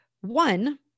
One